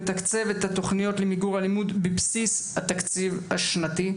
לתקצב את התוכניות למיגור אלימות בבסיס התקציב השנתי.